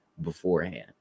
beforehand